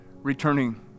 returning